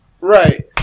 Right